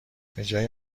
بجای